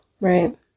Right